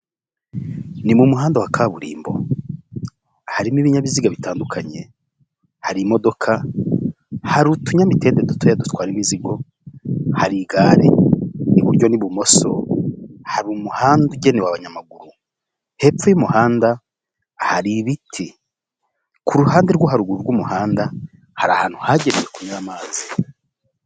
Ni mu muhanda wa kaburimbo harimo ibinyabiziga bitandukanye, hari imodoka hari utunyamitende dutoye dutwara imizigo, hari igare n'ibumoso hari umuhanda ugenewe abanyamaguru hepfo y'umuhanda hari ibiti ku ruhande rwo haruguru rw'umuhanda hari ahantu hagewe kunyura amazi.